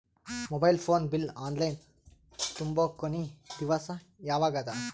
Mobile phone bill online ತುಂಬೊ ಕೊನಿ ದಿವಸ ಯಾವಗದ?